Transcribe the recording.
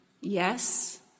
Yes